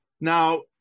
now